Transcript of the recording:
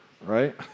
Right